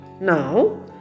Now